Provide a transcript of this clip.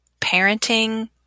parenting